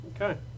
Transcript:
Okay